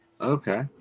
Okay